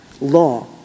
law